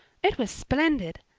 it was splendid,